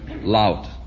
loud